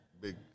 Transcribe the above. big